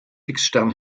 fixstern